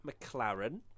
McLaren